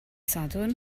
sadwrn